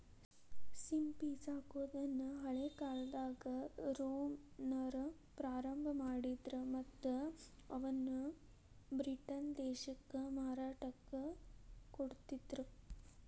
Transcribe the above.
ಸಿಂಪಿ ಸಾಕೋದನ್ನ ಹಳೇಕಾಲ್ದಾಗ ರೋಮನ್ನರ ಪ್ರಾರಂಭ ಮಾಡಿದ್ರ ಮತ್ತ್ ಇವನ್ನ ಬ್ರಿಟನ್ ದೇಶಕ್ಕ ಮಾರಾಟಕ್ಕ ಕೊಡ್ತಿದ್ರು